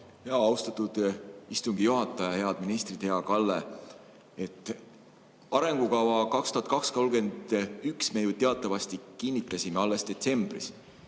Austatud istungi juhataja! Head ministrid! Hea Kalle! Arengukava 2022–2031 me ju teatavasti kinnitasime alles detsembris.